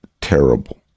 terrible